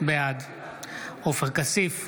בעד עופר כסיף,